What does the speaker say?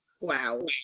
Wow